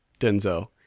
Denzel